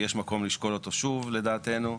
שיש מקום לשקול אותו שוב לדעתנו.